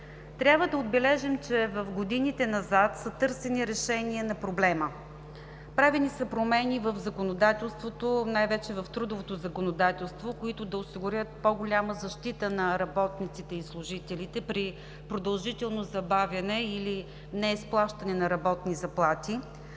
Трябва да отбележим, че в годините назад са търсени решения на проблема. Правени са промени в законодателството, най-вече в трудовото законодателство, които да осигурят по-голяма защита на работниците и служителите при продължително забавяне или неизплащане на работни заплати,